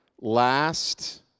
last